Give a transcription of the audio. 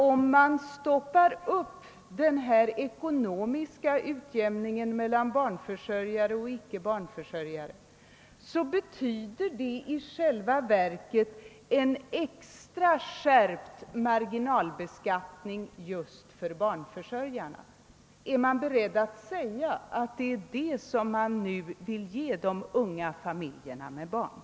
Om man stoppar upp den ekonomiska utjämningen mellan barnförsörjare och icke barnförsörjare, betyder det i själva verket en extra skärpt marginalbeskattning just för barnförsörjarna. Är man beredd att säga att det är detta man nu vill ge de unga barnfamiljerna?